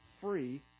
free